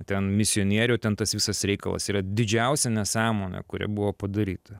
ten misionierių ten tas visas reikalas yra didžiausia nesąmonė kuri buvo padaryta